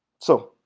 so